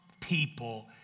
people